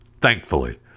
Thankfully